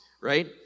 right